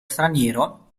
straniero